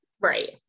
right